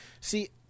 See